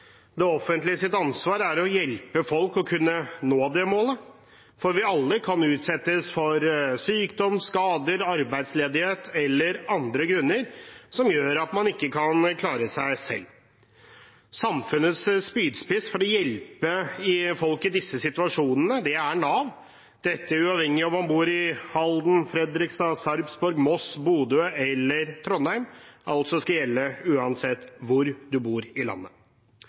Det offentliges ansvar er å hjelpe folk til å kunne nå det målet, for vi kan alle utsettes for sykdom, skader, arbeidsledighet eller annet som gjør at man ikke kan klare seg selv. Samfunnets spydspiss for å hjelpe folk i disse situasjonene, er Nav. Dette er uavhengig av om man bor i Halden, Fredrikstad, Sarpsborg, Moss, Bodø eller Trondheim. Det skal altså gjelde uansett hvor man bor i landet.